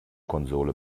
konsole